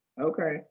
Okay